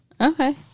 Okay